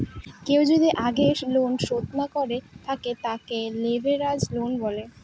কেউ যদি আগের লোন শোধ না করে থাকে, তাদেরকে লেভেরাজ লোন বলে